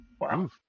Wow